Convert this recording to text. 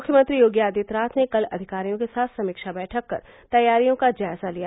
मुख्यमंत्री योगी आदित्यनाथ ने कल अधिकारियों के साथ समीक्षा बैठक कर तैयारियों का जायजा लिया